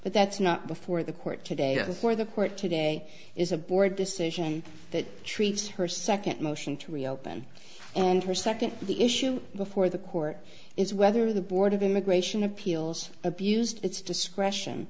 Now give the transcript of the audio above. but that's not before the court today for the court today is a board decision that treats her second motion to reopen and her second the issue before the court is whether the board of immigration appeals abused its discretion